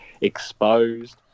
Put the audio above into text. exposed